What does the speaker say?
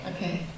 Okay